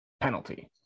penalty